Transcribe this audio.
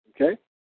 okay